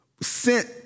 sent